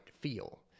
feel